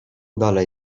dalej